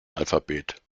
alphabet